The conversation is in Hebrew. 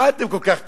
מה אתם כל כך תמימים?